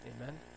Amen